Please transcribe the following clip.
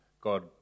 God